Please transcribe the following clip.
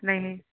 नहीं